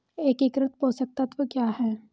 एकीकृत पोषक तत्व क्या है?